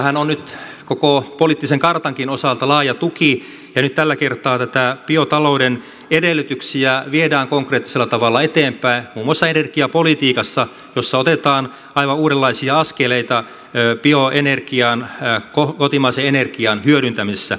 sillähän on nyt koko poliittisen kartankin osalta laaja tuki ja nyt tällä kertaa näitä biotalouden edellytyksiä viedään konkreettisella tavalla eteenpäin muun muassa energiapolitiikassa jossa otetaan aivan uudenlaisia askeleita bioenergian kotimaisen energian hyödyntämisessä